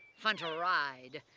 fun to ride.